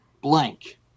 blank